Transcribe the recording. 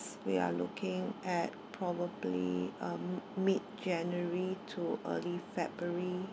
we are looking at probably um mid january to early february